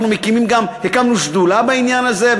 והקמנו שדולה בעניין הזה,